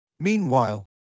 Meanwhile